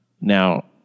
Now